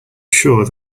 sure